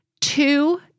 Two